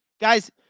Guys